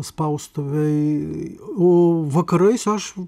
spaustuvėj o vakarais aš